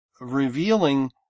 revealing